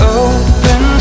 open